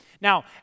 Now